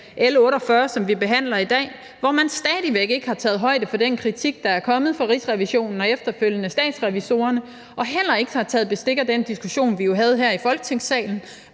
L 48, som vi behandler i dag, hvor man stadig væk ikke har taget højde for den kritik, der er kommet fra Rigsrevisionen og efterfølgende Statsrevisorerne og heller ikke har taget bestik af den diskussion, vi havde her i Folketingssalen,